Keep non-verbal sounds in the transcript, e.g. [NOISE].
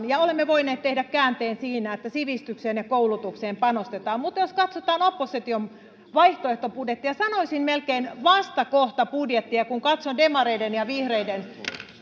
[UNINTELLIGIBLE] ja olemme voineet tehdä käänteen siinä että sivistykseen ja koulutukseen panostetaan mutta jos katsotaan opposition vaihtoehtobudjetteja sanoisin melkein vastakohtabudjetteja kun katson demareiden ja vihreiden